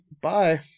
bye